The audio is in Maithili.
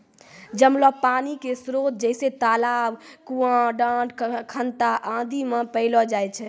जमलो पानी क स्रोत जैसें तालाब, कुण्यां, डाँड़, खनता आदि म पैलो जाय छै